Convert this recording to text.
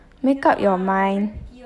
make up your mind